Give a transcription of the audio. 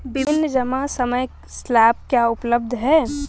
विभिन्न जमा समय स्लैब क्या उपलब्ध हैं?